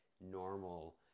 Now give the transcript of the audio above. normal